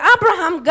Abraham